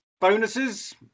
Bonuses